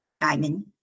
Diamond